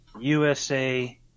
USA